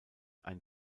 ein